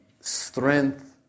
strength